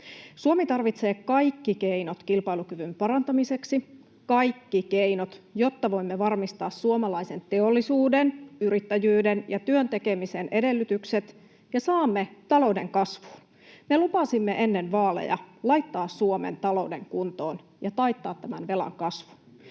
Suomi tarvitsee kaikki keinot kilpailukyvyn parantamiseksi — kaikki keinot — jotta voimme varmistaa suomalaisen teollisuuden, yrittäjyyden ja työn tekemisen edellytykset ja saamme talouden kasvuun. Me lupasimme ennen vaaleja laittaa Suomen talouden kuntoon ja taittaa tämän velan kasvun.